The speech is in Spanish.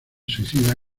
suicida